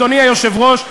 אדוני היושב-ראש,